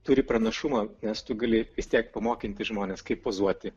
turi pranašumą nes tu gali vis tiek pamokyti žmones kaip pozuoti